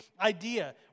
idea